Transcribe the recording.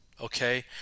okay